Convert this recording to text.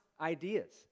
ideas